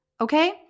Okay